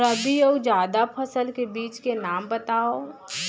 रबि अऊ जादा फसल के बीज के नाम बताव?